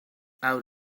out